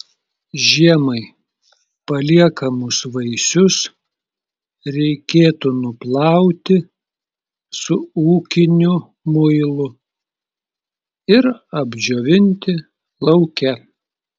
žiemai paliekamus vaisius reikėtų nuplauti su ūkiniu muilu ir apdžiovinti lauke